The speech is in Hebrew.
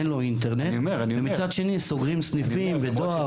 אין לו אינטרנט ומצד שני סוגרים סניפים ודואר.